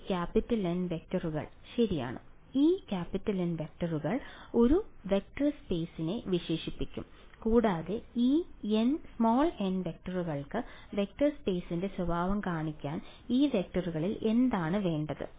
ഈ N വെക്ടറുകൾ ശരിയാണ് ഈ N വെക്ടറുകൾ ഒരു വെക്റ്റർ സ്പെയ്സിനെ വിശേഷിപ്പിക്കും കൂടാതെ ഈ n വെക്ടറുകൾക്ക് വെക്റ്റർ സ്പെയ്സിന്റെ സ്വഭാവം കാണിക്കാൻ ഈ വെക്ടറുകളിൽ എന്താണ് വേണ്ടത്